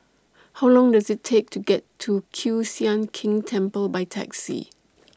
How Long Does IT Take to get to Kiew Sian King Temple By Taxi